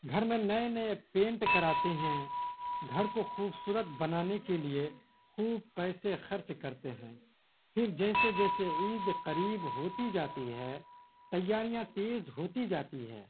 گھر میں نئے نئے پینٹ کراتے ہیں گھر کو خوبصورت بنانے کے لیے خوب پیسے خرچ کرتے ہیں پھر جیسے جیسے عید قریب ہوتی جاتی ہے تیاریاں تیز ہوتی جاتی ہے